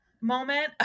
moment